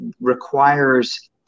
requires